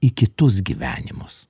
į kitus gyvenimus